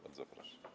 Bardzo proszę.